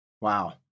Wow